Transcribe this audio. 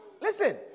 listen